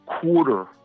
quarter